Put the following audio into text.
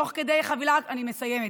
אני מסיימת,